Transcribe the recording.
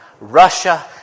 Russia